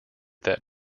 that